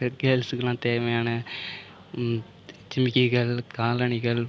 bed கேர்ள்ஸுக்குலாம் தேவையான ஜிமிக்கிகள் காலணிகள்